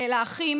אלא אחים